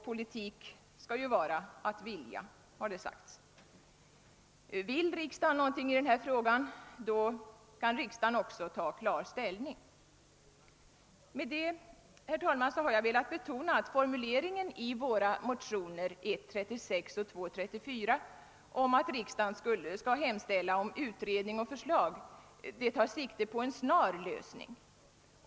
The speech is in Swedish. Politik skall våra att vilja, har det sagts. Vill riksdagen någonting i den här frågan, skall riksdagen också ta klar ställning. Med det anförda, herr talman, har jag velat betona att formuleringen i våra motioner I:36 och II: 34 om att riksdagen skall hemställa om utredning och förslag tar sikte på en snar lösning.